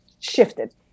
shifted